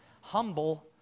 humble